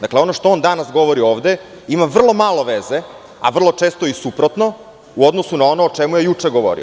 Dakle, ono što on danas govori ovde, ima vrlo malo veze, a vrlo često i suprotno u odnosu na ono o čemu je juče govorio.